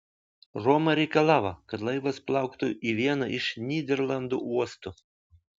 roma reikalavo kad laivas plauktų į vieną iš nyderlandų uostų